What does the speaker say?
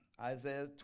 Isaiah